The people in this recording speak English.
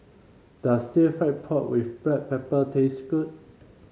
does Stir Fried Pork with Black Pepper taste good